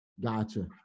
Gotcha